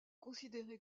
considéré